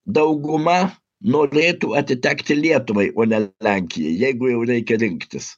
dauguma norėtų atitekti lietuvai o ne lenkijai jeigu jau reikia rinktis